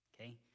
okay